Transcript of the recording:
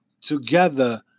together